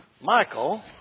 Michael